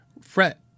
fret